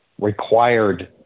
required